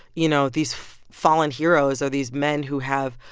you know these fallen heroes or these men who have,